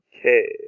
Okay